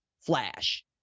flash